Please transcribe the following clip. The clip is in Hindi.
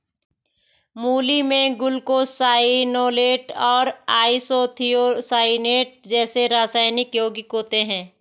मूली में ग्लूकोसाइनोलेट और आइसोथियोसाइनेट जैसे रासायनिक यौगिक होते है